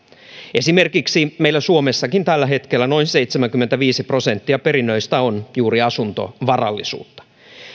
esimerkiksi meillä suomessakin tällä hetkellä noin seitsemänkymmentäviisi prosenttia perinnöistä on juuri asuntovarallisuutta